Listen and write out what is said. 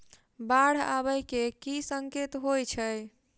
बाढ़ आबै केँ की संकेत होइ छै?